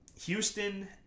Houston